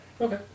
Okay